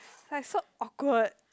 like so awkward